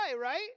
right